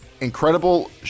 incredible